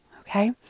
Okay